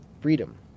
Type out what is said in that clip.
freedom